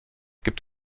gibt